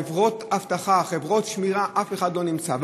חברות אבטחה, חברות שמירה, אף אחד לא נמצא.